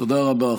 תודה רבה.